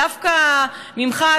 דווקא ממך,